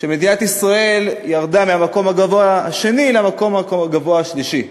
שמדינת ישראל ירדה מהמקום הגבוה השני למקום הגבוה השלישי.